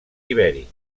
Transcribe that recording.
ibèric